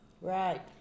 Right